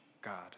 God